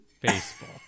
baseball